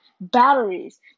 Batteries